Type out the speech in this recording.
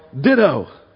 ditto